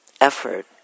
effort